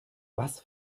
was